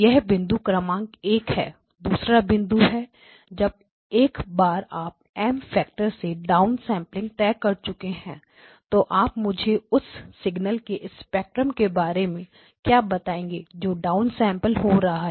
यह बिंदु क्रमांक एक है दूसरा बिंदु है जब एक बार आप M फैक्टर से डाउनसेंपलिंग तय कर चुके हैं तो आप मुझे उस सिग्नल के स्पेक्ट्रम के बारे में क्या बताएंगे जो डाउनसैंपल हो रहा है